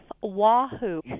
Wahoo